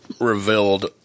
revealed